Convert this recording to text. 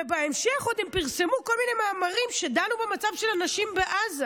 ובהמשך הם עוד פרסמו כל מיני מאמרים שדנו במצב של הנשים בעזה.